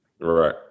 Right